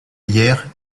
hier